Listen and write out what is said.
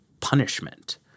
punishment